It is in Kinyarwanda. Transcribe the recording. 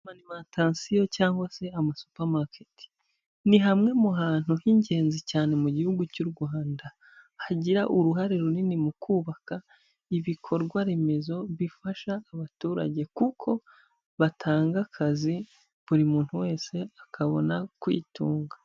Amarimatasiyo cyangwa se amasupamaketi, ni hamwe mu hantu h'ingenzi cyane mu gihugu cy'u Rwanda, hagira uruhare runini mu kubaka ibikorwaremezo bifasha abaturage kuko batanga akazi buri muntu wese akabona kwitunga.